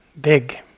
big